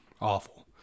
awful